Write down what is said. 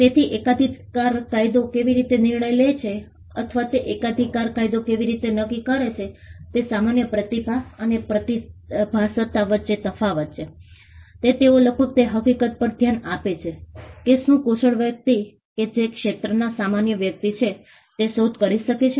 તેથી એકાધિકાર કાયદો કેવી રીતે નિર્ણય લે છે અથવા એકાધિકાર કાયદો કેવી રીતે નક્કી કરે છે કે સામાન્ય પ્રતિભા અને પ્રતિભાસત્તા વચ્ચેનો તફાવત છે તે તેઓ લગભગ તે હકીકત પર ધ્યાન આપે છે કે શું કુશળ વ્યક્તિ કે જે તે ક્ષેત્રમાં સામાન્ય વ્યક્તિ છે તે શોધ કરી શકે છે